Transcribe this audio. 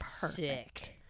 perfect